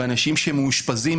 לאנשים שמאושפזים,